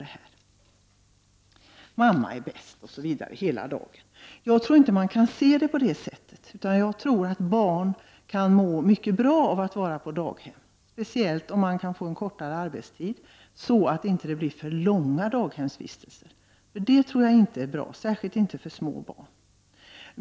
Det finns undersökningar som stöder olika påståenden i det här sammanhanget. Jag tror att barn kan må mycket bra av att vara på daghem, speciellt om föräldrarna kan få kortare arbetstid, så att det inte blir för långa daghemsvistelser, för sådana tror jag inte är bra, särskilt inte för små barn.